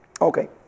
Okay